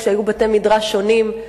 כשהיו בתי-מדרש שונים,